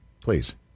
Please